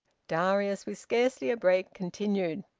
darius, with scarcely a break, continued.